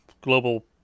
Global